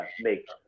make